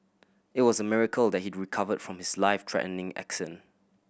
it was a miracle that he recovered from his life threatening accident